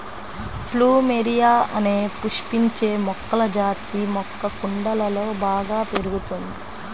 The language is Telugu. ప్లూమెరియా అనే పుష్పించే మొక్కల జాతి మొక్క కుండలలో బాగా పెరుగుతుంది